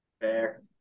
Fair